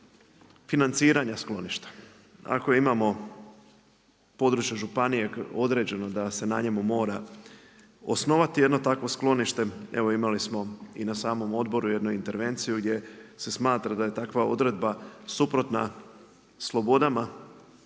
financiranja skloništa ako imamo područne županije određeno da se na njemu mora osnovati jedno takvo sklonište, evo imali smo i na samom odboru jednu intervenciju gdje se smatra da je takva odredba suprotna slobodama